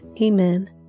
amen